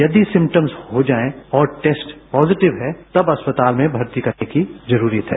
यदि सिम्पटम हो जाये और टेस्ट पॉजिटिव है तब अस्पताल में भर्ती करने की जरूरत है